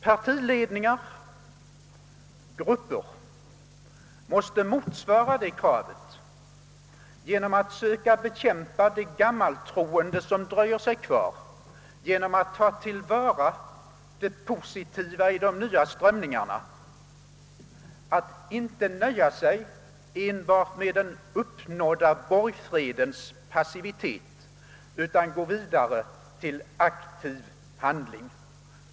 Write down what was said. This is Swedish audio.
Partiledningar och grupper måste motsvara det kravet genom att söka bekämpa det gammaltroende som dröjer sig kvar, genom att ta till vara det positiva i de nya strömningarna, genom att inte nöja sig enbart med den uppnådda borgfredens passivitet utan gå vidare till aktiv handling.